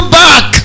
back